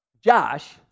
Josh